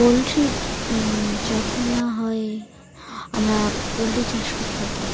পোলট্রির যত্ন নেওয়া হয় আমরা পোলট্রি চাষ করে থাকি